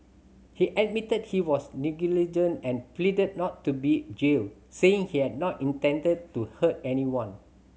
he admitted he was negligent and pleaded not to be jailed saying he had not intended to hurt anyone